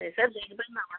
এসে দেখবেন না আমাদের